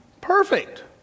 perfect